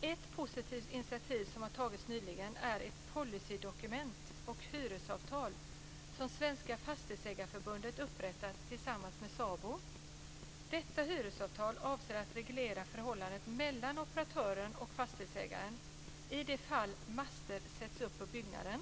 Ett positivt initiativ som har tagits nyligen är ett policydokument och hyresavtal som Sveriges Fastighetsägareförbund upprättat tillsammans med SABO. Detta hyresavtal avser att reglera förhållandet mellan operatören och fastighetsägaren i de fall master sätts upp på byggnaden.